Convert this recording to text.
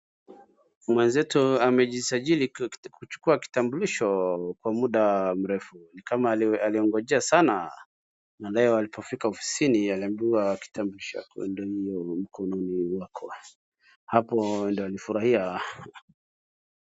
Mwezetu amejisajili kuchukua kitambulisho kwa muda mrefu, ni kama alingojea sana na leo alipofika ofisini aliambiwa kitambulisho yako ndio hiyo mkononi wako. Hapo ndio alifurahia.